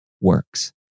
works